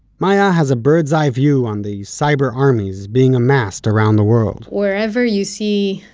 maya has a bird's eye view on the cyber armies being amassed around the world wherever you see,